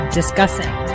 discussing